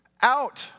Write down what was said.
out